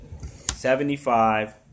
Seventy-five